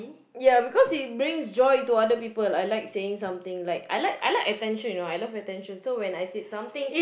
ya because it brings joy to other people I like saying something like I like I like attention you know I love attention so when I said something